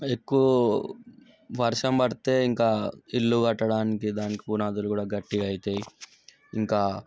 ఎక్కువ వర్షం పడితే ఇంకా ఇల్లు కట్టడానికి దానికి పునాదులు గట్టిగ అవుతాయి ఇంకా